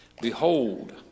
Behold